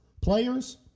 players